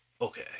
Okay